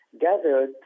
gathered